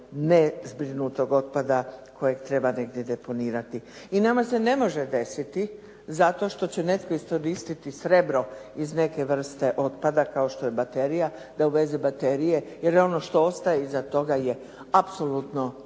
nezbrinutog otpada kojeg treba negdje deponirati. I nama se ne može desiti zato što će netko iskoristiti srebro iz neke vrste otpada kao što je baterija da uveze baterije jer je ono što ostaje iza toga apsolutno